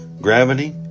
gravity